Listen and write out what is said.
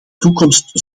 toekomst